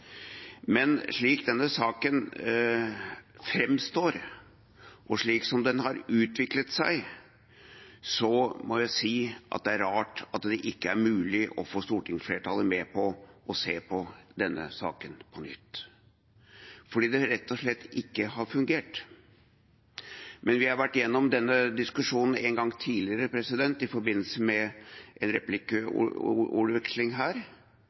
Men slik denne saken framstår, og slik som den har utviklet seg, må jeg si at det er rart at det ikke er mulig å få stortingsflertallet med på å se på denne saken på nytt, fordi dette rett og slett ikke har fungert. Vi har vært igjennom denne diskusjonen en gang tidligere, i forbindelse med en replikkveksling her.